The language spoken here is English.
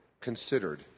considered